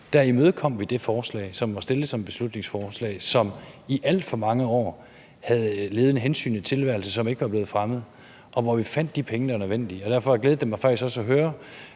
imødekom det forslag, som var fremsat som et beslutningsforslag, og som i alt for mange år havde levet en hensygnende tilværelse, og som ikke var blevet fremmet. Vi fandt de penge, der var nødvendige, og derfor glædede det mig faktisk også at høre